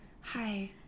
Hi